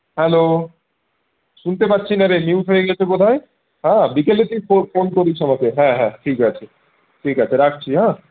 hello শুনতে পাচ্ছি না রে মিউট হয়ে গেছে বোধহয় হ্যাঁ বিকেলে তুই ফো ফোন করিস আমাকে হ্যাঁ হ্যাঁ ঠিক আছে ঠিক আছে রাখছি হ্যাঁ